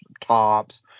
tops